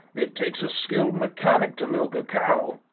it takes a skilled mechanic to milk a cow,